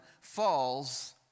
falls